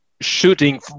shooting